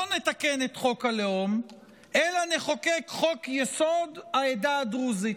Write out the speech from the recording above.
לא נתקן את חוק הלאום אלא נחוקק חוק-יסוד: העדה הדרוזית.